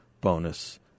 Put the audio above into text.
bonus